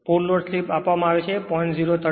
full load slip આપવામાં આવે 0